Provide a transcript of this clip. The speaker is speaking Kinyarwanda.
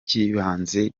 ciza